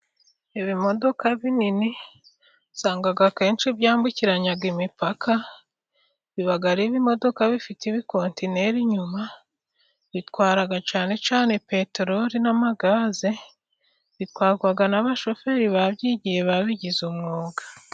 Ibimodoka binini usanga akenshi byambukiranya imipaka, biba ari ibimodoka bifitemo ibikotineri inyuma, bitwara cyane cyane peterori n'amagaze, bitwarwa n'abashoferi babyigiye babigize umwuga.